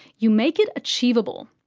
you make it achievable.